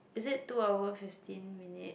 is it two hour fifteen minute